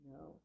no